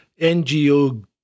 NGO